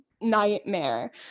nightmare